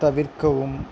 தவிர்க்கவும்